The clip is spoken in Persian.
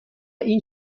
این